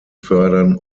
fördern